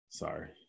sorry